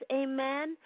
amen